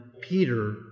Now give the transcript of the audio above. Peter